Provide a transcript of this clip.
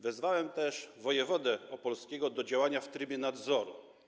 Wezwałem też wojewodę opolskiego do działania w trybie nadzoru.